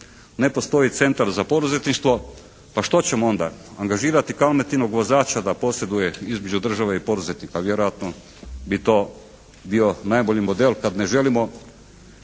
Ne postoji Centar za poduzetništvo. Pa što ćemo onda? Angažirati Kalmetinog vozača da posreduje između države i poduzetnika? Vjerojatno bi to bio najbolji model kad ne želimo